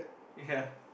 ya